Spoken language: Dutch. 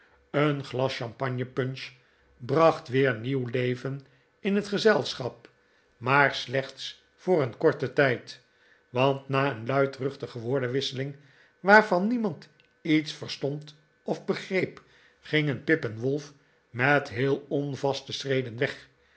een glas champagne punch bracht weer nieuw leven in het gezelschap maar slechts voor een korten tijd want rta een luidruchtige woordenwisseling waarvan niemand iets verstond of begreep gingen pip en wolf met heel onvaste schreden weg